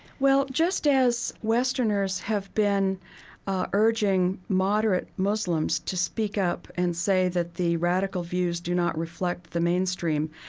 well, just as westerners have been urging moderate muslims to speak up and say that the radical views do not reflect the mainstream,